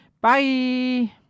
Bye